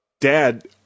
Dad